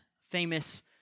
famous